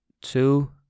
Two